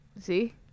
See